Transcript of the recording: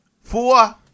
Four